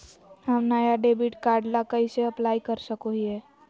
हम नया debit card ला कइसे अप्लाई कर सको हियै?